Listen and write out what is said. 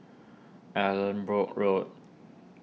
Allanbrooke Road